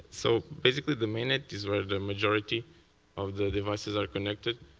so basically, the main net is where the majority of the devices are connected.